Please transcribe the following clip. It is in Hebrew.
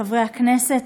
חברי הכנסת,